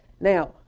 Now